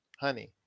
honey